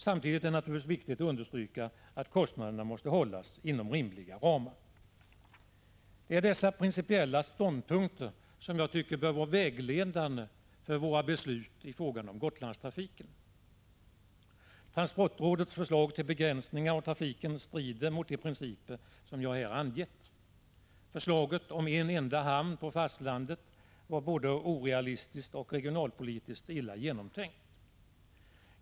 Samtidigt är det naturligtvis viktigt att understryka att kostnaderna måste hållas inom rimliga ramar. Det är dessa principiella ståndpunkter som jag tycker bör vara vägledande för våra beslut i frågan om Gotlandstrafiken. Transportrådets förslag till begränsningar av trafiken strider mot de principer som jag här angett. Förslaget om en enda hamn på fastlandet var både orealistiskt och regionalpolitiskt illa genomtänkt.